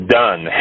done